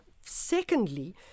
secondly